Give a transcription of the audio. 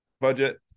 budget